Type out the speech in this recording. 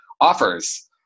offers